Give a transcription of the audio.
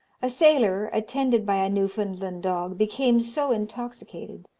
a sailor, attended by a newfoundland dog, became so intoxicated,